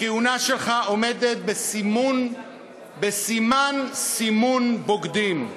הכהונה שלך עומדת בסימן סימון בוגדים.